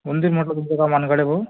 होऊन जाईल म्हटलं तुमच्या कामांकडे बघून